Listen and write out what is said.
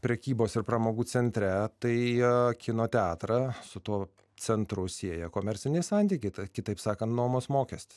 prekybos ir pramogų centre tai kino teatrą su tuo centru sieja komerciniai santykiai tai kitaip sakant nuomos mokestis